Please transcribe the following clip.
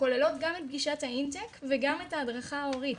שכוללות גם את פגישת האינטק וגם את ההדרכה ההורית